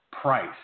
price